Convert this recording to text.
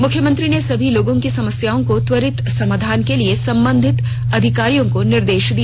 मुख्यमंत्री ने सभी लोगों की समस्याओं के त्वरित समाधान के लिए संबंधित अधिकारियों को निर्देश दिया